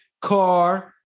car